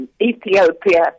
Ethiopia